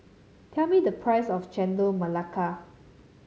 tell me the price of Chendol Melaka